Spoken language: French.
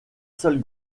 seul